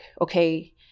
okay